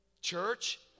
Church